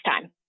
time